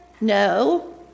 No